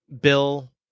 Bill